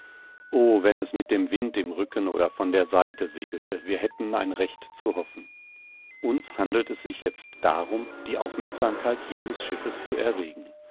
o wenn es mit dem wind im rücken oder von der seite segelte wir hätten ein recht zu hoffen uns handelt es sich jetzt darum die aufmerksamkeit jenes schiffes zu erregen